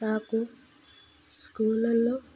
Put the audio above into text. నాకు స్కూల్లల్లో